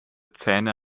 zähne